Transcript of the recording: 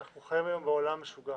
אנחנו חיים היום בעולם משוגע.